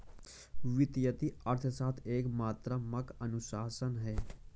वित्तीय अर्थशास्त्र एक मात्रात्मक अनुशासन है